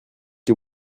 que